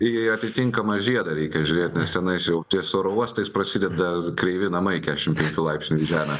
į atitinkamą žiedą reikia žiūrėt nes tenais jau ties oro uostais prasideda kreivi namai keturiasdešimt laipsnių į žemę